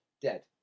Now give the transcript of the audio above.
dead